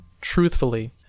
truthfully